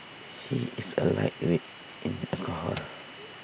he is A lightweight in alcohol